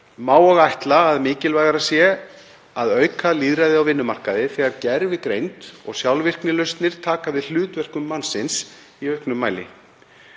má ætla að mikilvægara sé að auka lýðræðið á vinnumarkaði þegar gervigreind og sjálfvirknilausnir taka við hlutverkum mannsins í auknum mæli.